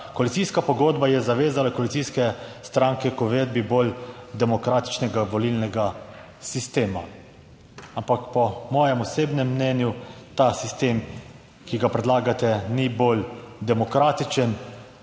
koalicijska pogodba je zavezala koalicijske stranke k uvedbi bolj demokratičnega volilnega sistema. Ampak po mojem osebnem mnenju ta sistem, ki ga predlagate, ni bolj demokratičen.